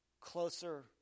closer